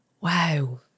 wow